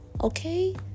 okay